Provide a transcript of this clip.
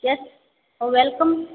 yes welcome